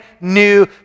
new